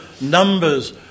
numbers